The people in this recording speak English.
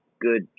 good